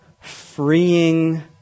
freeing